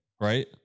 right